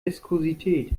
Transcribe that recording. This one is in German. viskosität